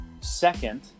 second –